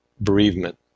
bereavement